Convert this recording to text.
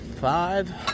five